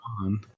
on